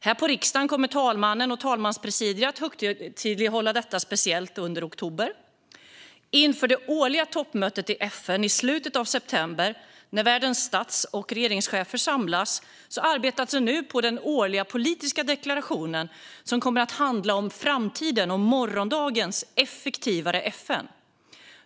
Här på riksdagen kommer talmannen och talmanspresidiet att högtidlighålla detta speciellt under oktober. Inför det årliga toppmötet i FN i slutet av september, när världens stats och regeringschefer samlas, arbetas det nu med den årliga politiska deklarationen som kommer att handla om framtiden och morgondagens effektivare FN.